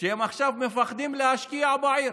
שהם עכשיו מפחדים להשקיע בעיר